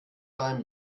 deinem